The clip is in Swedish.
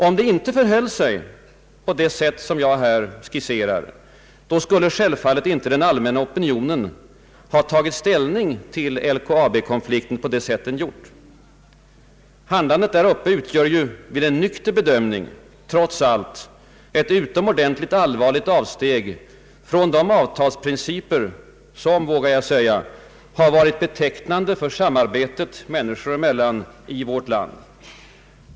Om det inte förhöll sig på det sätt som jag här skisserar, skulle självfallet inte den allmänna opinionen ha tagit ställning till LKAB-konflikten på det sätt den gjort. Handlandet där uppe utgör ju vid en nykter bedömning trots allt ett utomordentligt allvarligt avsteg från de avtalsprinciper som, vågar jag säga, har varit betecknande för samar betet människor emellan i vårt land.